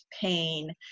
pain